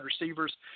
receivers